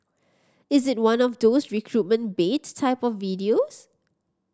is it one of those recruitment bait type of videos